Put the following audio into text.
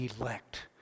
elect